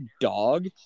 Dog